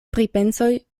pripensoj